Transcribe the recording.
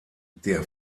der